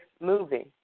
moving